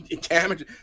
damage